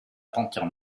panthère